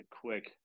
quick